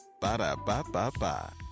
Ba-da-ba-ba-ba